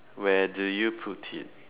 where do you put it